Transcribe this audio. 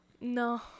No